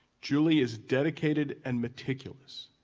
julie is dedicated and meticulous.